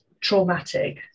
traumatic